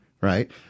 right